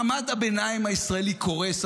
מעמד הביניים הישראלי קורס,